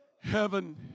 heaven